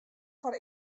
foar